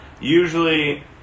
Usually